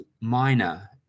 minor